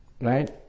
Right